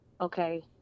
okay